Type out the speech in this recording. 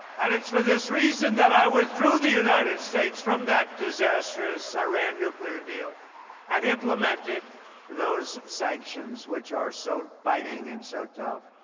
and it's for this reason that i withdrew the united states from that disastrous iran nuclear deal and implemented those sanctions, which are so biting and so tough.